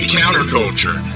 counterculture